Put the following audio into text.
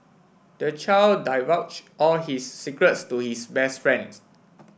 the child divulged all his secrets to his best friends